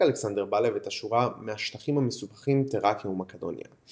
אלכסנדר בלב את השורה "מהשטחים המסופחים תראקיה ומקדוניה"